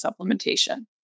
supplementation